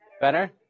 Better